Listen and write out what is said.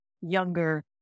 younger